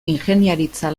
ingeniaritza